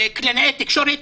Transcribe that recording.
קלינאי התקשורת,